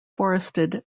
forested